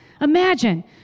Imagine